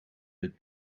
het